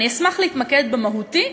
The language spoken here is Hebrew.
אני אשמח להתמקד במהותי,